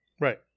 Right